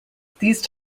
these